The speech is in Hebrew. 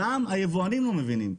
גם היבואנים לא מבינים.